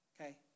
Okay